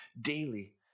daily